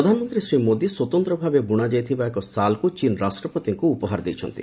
ପ୍ରଧାନମନ୍ତ୍ରୀ ଶ୍ରୀ ମୋଦି ସ୍ୱତନ୍ତଭାବେ ବୁଣାଯାଇଥିବା ଏକ ସାଲ୍କୁ ଚୀନ ରାଷ୍ଟ୍ରପତିଙ୍କୁ ଉପହାର ଦେଇଛନ୍ତି